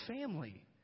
family